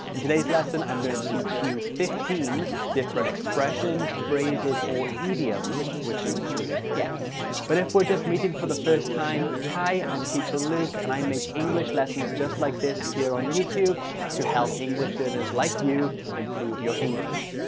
in today's lesson i'm going to teach you fifteen different expressions phrases or idioms which include get but if we're just meeting for the first time, hi i'm teacher luke and i make english lessons just like this here on youtube to help english learners like you improve your english.